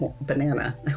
banana